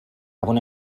estava